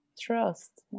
trust